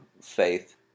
faith